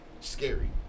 scary